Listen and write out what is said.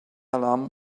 alarm